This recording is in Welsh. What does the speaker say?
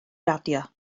radio